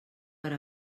per